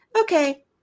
Okay